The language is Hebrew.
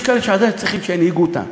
יש כאלה שעדיין צריכים שינהיגו אותם.